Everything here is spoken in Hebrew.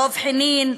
דב חנין,